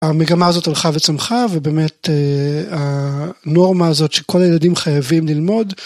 המגמה הזאת הלכה וצמחה ובאמת הנורמה הזאת שכל הילדים חייבים ללמוד.